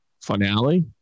finale